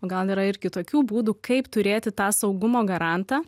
gal yra ir kitokių būdų kaip turėti tą saugumo garantą